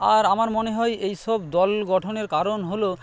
আর আমার মনে হয় এইসব দল গঠনের কারণ হলো